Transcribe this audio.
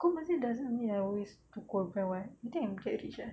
go masjid doesn't mean I always do korban [what] you think I'm that rich ah